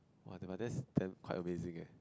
[wah] but that's damn quite amazing eh